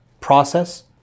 process